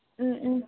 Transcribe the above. ꯎꯝ ꯎꯝ